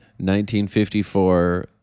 1954